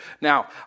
Now